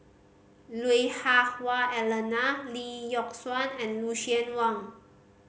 Lui Hah Wah Elena Lee Yock Suan and Lucien Wang